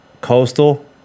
Coastal